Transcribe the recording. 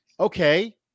okay